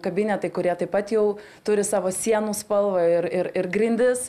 kabinetai kurie taip pat jau turi savo sienų spalvą ir ir ir grindis